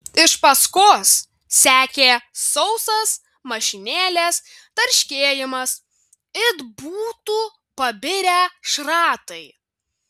iš paskos sekė sausas mašinėlės tarškėjimas it būtų pabirę šratai